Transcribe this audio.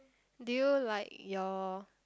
do you like your